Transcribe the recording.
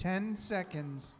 ten seconds